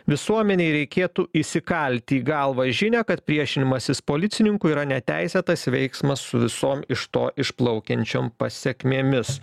visuomenei reikėtų įsikalti į galvą žinią kad priešinimasis policininkui yra neteisėtas veiksmas su visom iš to išplaukiančiom pasekmėmis